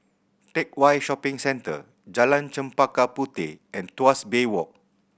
Teck Whye Shopping Centre Jalan Chempaka Puteh and Tuas Bay Walk